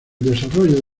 desarrollo